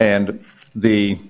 and the